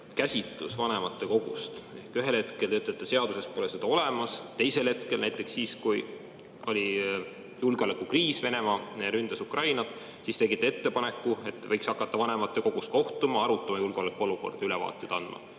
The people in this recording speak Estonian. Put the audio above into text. käsitlus vanematekogust. Ühel hetkel te ütlete, et seaduses pole seda olemas, teisel hetkel – näiteks siis, kui oli julgeolekukriis, Venemaa ründas Ukrainat – te tegite ettepaneku, et võiks hakata vanematekogus kohtuma, arutama julgeolekuolukorda ja ülevaateid andma.